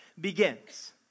begins